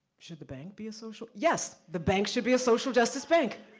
should the bank be a social? yes, the bank should be a social justice bank.